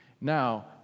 now